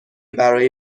برای